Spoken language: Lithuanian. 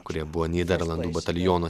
kurie buvo nyderlandų bataliono